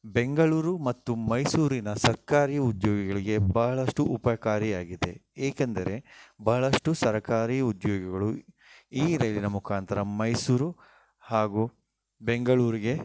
ಬೆಂಗಳೂರು ಮತ್ತು ಮೈಸೂರಿನ ಸರ್ಕಾರಿ ಉದ್ಯೋಗಿಗಳಿಗೆ ಬಹಳಷ್ಟು ಉಪಕಾರಿಯಾಗಿದೆ ಏಕೆಂದರೆ ಬಹಳಷ್ಟು ಸರಕಾರಿ ಉದ್ಯೋಗಿಗಳು ಈ ರೈಲಿನ ಮುಖಾಂತರ ಮೈಸೂರು ಹಾಗೂ ಬೆಂಗಳೂರಿಗೆ